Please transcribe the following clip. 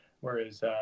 whereas